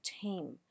team